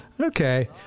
Okay